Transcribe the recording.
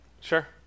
Sure